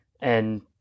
and-